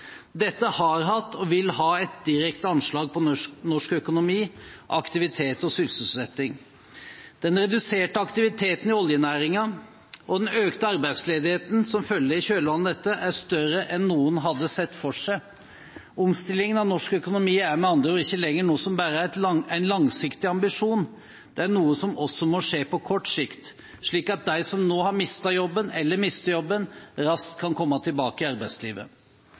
Dette har hatt og vil ha et direkte anslag på norsk økonomi, aktivitet og sysselsetting. Den reduserte aktiviteten i oljenæringen og den økte arbeidsledigheten som følger i kjølvannet av dette, er større enn noen hadde sett for seg. Omstillingen av norsk økonomi er med andre ord ikke lenger noe som bare er en langsiktig ambisjon, det er noe som også må skje på kort sikt, slik at de som nå mister jobben, raskt kan komme tilbake i arbeidslivet.